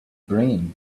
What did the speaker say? brain